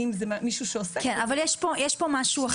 האם עובדים בזה,